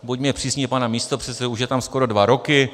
Buďme přísní i na pana místopředsedu, už je tam skoro dva roky.